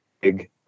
big